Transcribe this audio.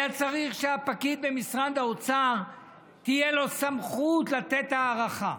היה צריך שלפקיד במשרד האוצר תהיה סמכות לתת הארכה.